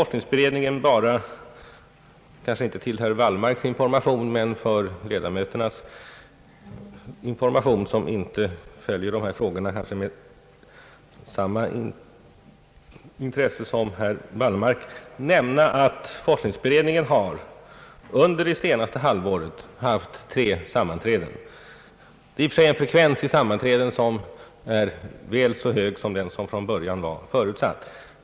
Kanske inte för att informera herr Wallmark utan för de ledamöter som måhända inte följer dessa frågor med samma intresse som herr Wallmark vill jag nämna att forskningsberedningen under det senaste halvåret haft tre sammanträden. :Sammanträdesfrekvensen är väl så hög som från början var förutsatt.